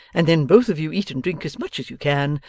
and then both of you eat and drink as much as you can,